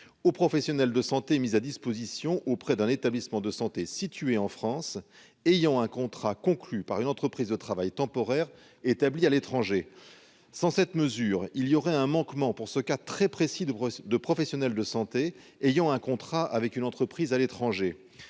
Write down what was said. aux professionnels de santé, mise à disposition auprès d'un établissement de santé situés en France ayant un contrat conclu par une entreprise de travail temporaire établie à l'étranger sans cette mesure, il y aurait un manquement pour ce cas très précis de de professionnels de santé ayant un contrat avec une entreprise à l'étranger,